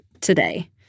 today